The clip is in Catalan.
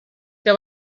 que